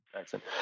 Excellent